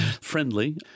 Friendly